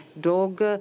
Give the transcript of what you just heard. dog